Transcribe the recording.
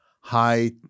high